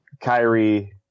Kyrie